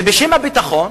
ובשם הביטחון,